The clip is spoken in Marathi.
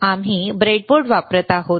आम्ही ब्रेडबोर्ड वापरत आहोत